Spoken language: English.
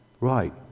right